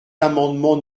l’amendement